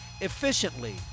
efficiently